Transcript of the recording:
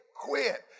quit